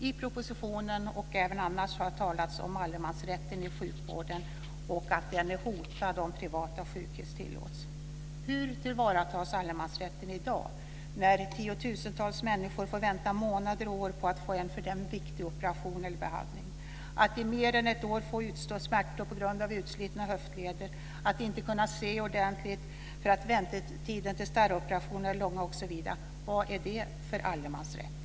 I propositionen - och även på annat håll - talas om att allemansrätten i sjukvården är hotad om privata sjukhus tillåts. Hur tillvaratas allemansrätten i dag när tiotusentals människor får vänta månader och år på att få en för dem viktig operation och behandling, att i mer än ett år få utstå smärtor på grund av utslitna höftleder, att inte kunna se ordentligt för att väntetiden till starroperation är lång osv.? Vad är det för allemansrätt?